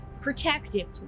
protective